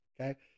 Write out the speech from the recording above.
okay